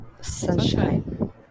Sunshine